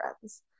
friends